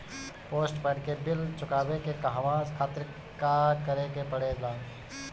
Postpaid के bill चुकावे के कहवा खातिर का करे के पड़ें ला?